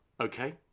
Okay